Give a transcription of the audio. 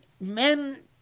Men